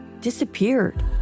disappeared